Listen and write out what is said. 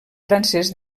francès